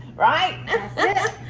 right? that's it.